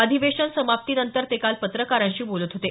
अधिवेशन समाप्तीनंतर ते काल पत्रकारांशी बोलत होते